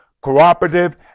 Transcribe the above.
Cooperative